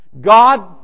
God